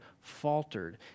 faltered